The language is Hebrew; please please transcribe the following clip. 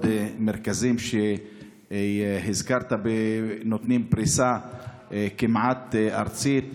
מרכזים שהזכרת ונותנים פריסה כמעט ארצית במשולש,